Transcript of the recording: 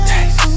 Taste